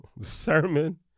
sermon